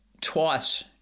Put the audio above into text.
twice